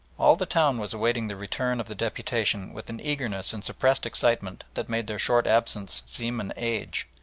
all the town was awaiting the return of the deputation with an eagerness and suppressed excitement that made their short absence seem an age,